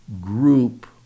group